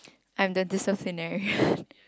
I'm the disciplinary